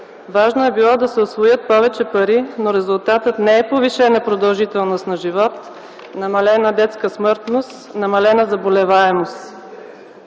важно е било да се усвоят повече пари, но резултатът не е повишена продължителност на живот, намалена детска смъртност, намалена заболеваемост.